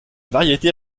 variété